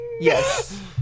Yes